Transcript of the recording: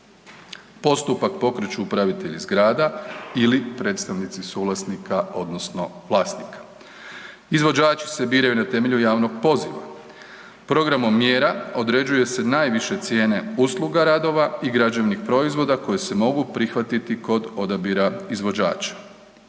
Postupak pokreću upravitelji zgrada ili predstavnici suvlasnika odnosno vlasnika. Izvođači se biraju na temelju javnog poziva. Programom mjera određuje se najviše cijene usluga radova i građevnih proizvoda koji se mogu prihvatiti kod odabira izvođača.